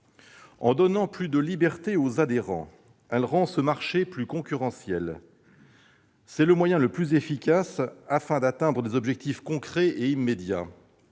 En donnant davantage de liberté aux adhérents, elle rend ce marché plus concurrentiel. C'est le moyen le plus efficace pour atteindre des objectifs concrets et immédiats